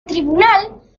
tribunal